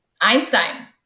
Einstein